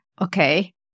okay